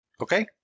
Okay